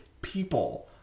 people